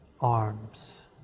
arms